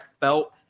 felt